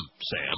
Sam